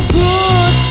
good